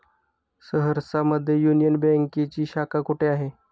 सहरसा मध्ये युनियन बँकेची शाखा कुठे आहे?